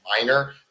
minor